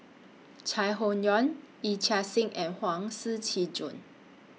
Chai Hon Yoong Yee Chia Hsing and Huang Shiqi Joan